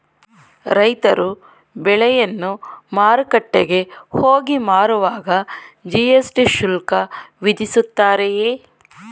ರೈತರು ಬೆಳೆಯನ್ನು ಮಾರುಕಟ್ಟೆಗೆ ಹೋಗಿ ಮಾರುವಾಗ ಜಿ.ಎಸ್.ಟಿ ಶುಲ್ಕ ವಿಧಿಸುತ್ತಾರೆಯೇ?